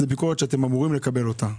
אתם אמורים לקבל אותה.